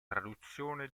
traduzione